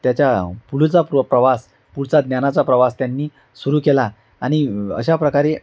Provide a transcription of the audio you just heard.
त्याच्या पुढचा प्र प्रवास पुढचा ज्ञानाचा प्रवास त्यांनी सुरू केला आणि अशाप्रकारे